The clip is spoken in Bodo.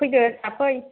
फैदो थाब फै